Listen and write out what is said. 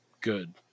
good